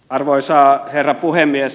arvoisa herra puhemies